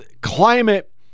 climate